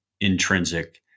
intrinsic